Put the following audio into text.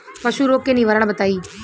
पशु रोग के निवारण बताई?